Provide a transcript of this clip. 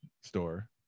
store